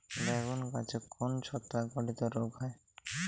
বেগুন গাছে কোন ছত্রাক ঘটিত রোগ হয়?